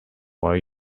why